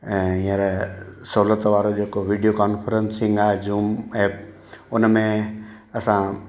ऐं हींअर सहूलियत वारो जेको वीडियो कोंफ्रंसिंग आहे जूम ऐप हुन में असां